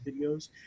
videos